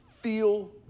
feel